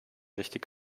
richtig